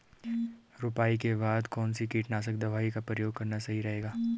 रुपाई के बाद कौन सी कीटनाशक दवाई का प्रयोग करना सही रहेगा?